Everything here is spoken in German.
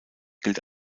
gilt